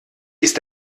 ist